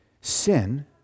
Sin